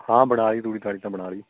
ਹਾਂ ਬਣਾ ਲਈ ਤੂੜੀ ਤਾੜੀ ਤਾਂ ਬਣਾ ਲਈ